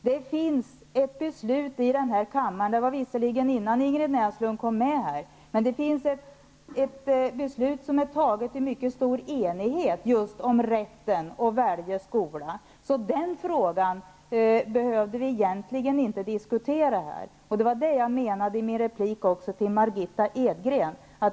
Det finns ett beslut i den här kammaren, det var visserligen innan Ingrid Näslund kom med här, som är fattat i mycket stor enighet om rätten att välja skola. Den frågan behövde vi egentligen inte diskutera här. Det var detta jag menade också i min replik till Margitta Edgren.